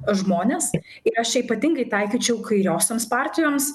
žmones ir aš ypatingai taikyčiau kairiosioms partijoms